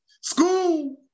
school